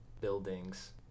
buildings